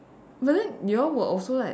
but then you all will also like